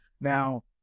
Now